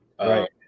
Right